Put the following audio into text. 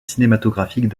cinématographiques